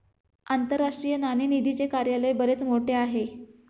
आंतरराष्ट्रीय नाणेनिधीचे कार्यालय बरेच मोठे आहे